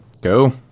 go